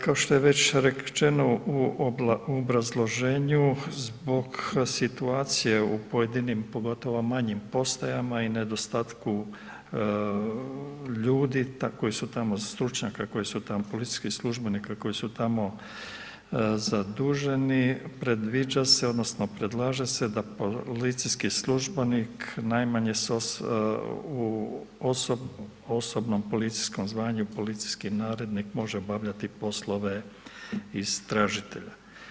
Kao što je već rečeno u obrazloženju zbog situacije u pojedinim pogotovo manjim postajama i nedostatku ljudi tako, koji su tamo stručnjaka, koji su tamo policijskih službenika koji su tamo zaduženi predviđa se odnosno predlaže se da policijski službenik najmanje s, u osobnom policijskom zvanju policijski narednik može obavljati poslove istražitelja.